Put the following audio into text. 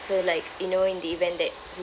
so like you know in the event that